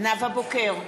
נאוה בוקר,